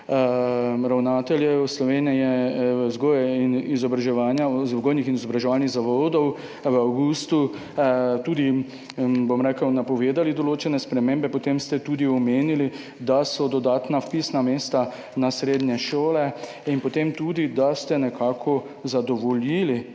ravnateljev Slovenije vzgojnih in izobraževalnih zavodov v avgustu tudi napovedali, določene spremembe, potem ste tudi omenili, da so dodatna vpisna mesta na srednje šole, in tudi, da ste nekako ugodili